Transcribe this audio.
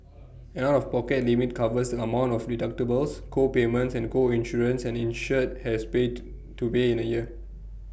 an out of pocket limit covers amount of deductibles co payments and co insurance an insured has prayed to pay in A year